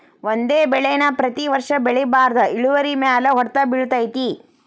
ಒಂದೇ ಬೆಳೆ ನಾ ಪ್ರತಿ ವರ್ಷ ಬೆಳಿಬಾರ್ದ ಇಳುವರಿಮ್ಯಾಲ ಹೊಡ್ತ ಬಿಳತೈತಿ